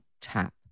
tap